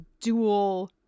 dual